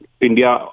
India